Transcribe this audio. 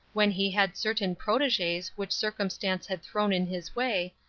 when he had certain proteges which circumstance had thrown in his way,